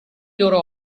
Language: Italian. loro